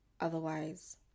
Otherwise